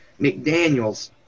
McDaniels